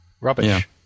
rubbish